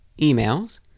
emails